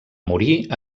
morir